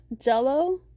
Jell-O